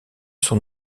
son